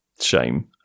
shame